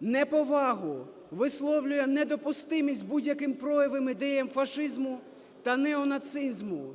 неповагу, висловлює недопустимість будь-яким проявам ідей фашизму та неонацизму.